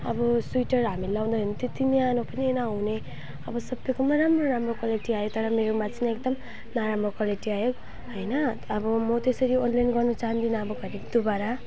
अब स्वेटर हामी लगाउँदाखेरि त्यत्ति न्यानो पनि नहुने अब सबैकोमा राम्रो राम्रो क्वालिटी आयो तर मेरोमा चाहिँ एकदम नराम्रो क्वालिटी आयो होइन अब म त्यसरी अनलाइन गर्नु चाहँदिनँ अब घरी दोबारा